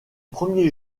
premiers